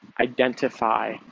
identify